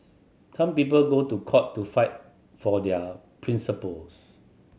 some people go to court to fight for their principles